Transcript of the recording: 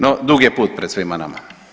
No dug je put pred svima nama.